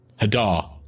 Hadar